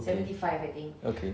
okay okay